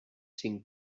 sin